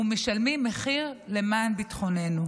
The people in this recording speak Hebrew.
ומשלמים מחיר למען ביטחוננו.